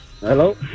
hello